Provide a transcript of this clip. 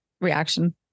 reaction